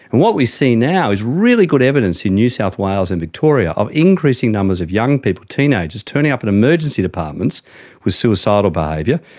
what we see now is really good evidence in new south wales and victoria of increasing numbers of young people, teenagers, turning up in emergency departments with suicidal behaviour, yeah